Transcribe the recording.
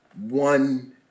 one